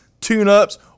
tune-ups